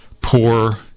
poor